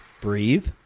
Breathe